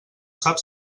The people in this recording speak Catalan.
sap